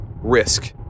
risk